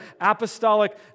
apostolic